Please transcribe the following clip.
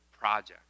project